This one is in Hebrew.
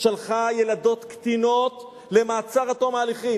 שלחה ילדות קטינות למעצר עד תום ההליכים.